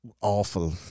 awful